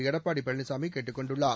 எடப்பாடி பழனிசாமி கேட்டுக் கொண்டுள்ளார்